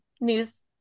news